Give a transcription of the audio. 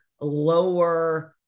lower